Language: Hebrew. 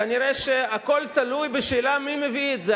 כנראה הכול תלוי בשאלה מי מביא את זה.